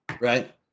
right